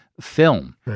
film